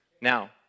Now